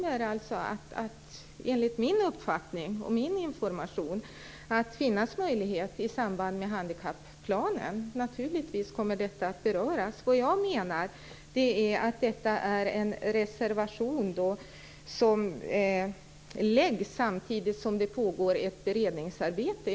Enligt den information som jag har fått kommer det att finnas möjligheter till diskussion i samband med handikapplanen, då dessa bidrag kommer att beröras. Vad jag menar är att reservationen har avgetts samtidigt som det pågår ett beredningsarbete.